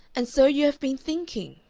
and so you have been thinking?